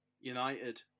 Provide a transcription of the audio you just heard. United